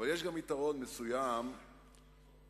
אבל יש גם יתרון מסוים ביכולת,